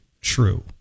true